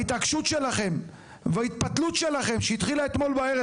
ההתעקשות שלכם וההתפתלות שלכם שהתחילה אתמול בערב